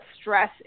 stress